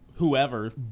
whoever